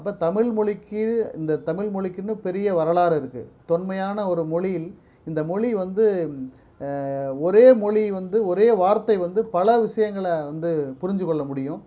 அப்போ தமிழ்மொழிக்கு இந்த தமிழ்மொழிக்கின்னு பெரிய வரலாறு இருக்கு தொன்மையான ஒரு மொழியில் இந்த மொழி வந்து ஒரே மொழி வந்து ஒரே வார்த்தை வந்து பல விஷயங்களை வந்து புரிஞ்சுகொள்ள முடியும்